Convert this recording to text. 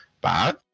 bad